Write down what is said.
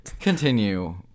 Continue